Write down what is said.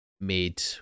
made